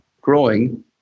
growing